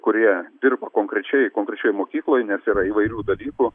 kurie dirba konkrečioj konkrečioj mokykloj nes yra įvairių dalykų